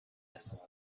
است